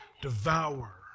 devour